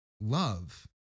Love